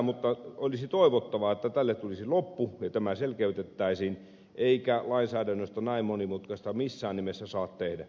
mutta olisi toivottavaa että tälle tulisi loppu ja tämä selkeytettäisiin eikä lainsäädännöstä näin monimutkaista missään nimessä saa tehdä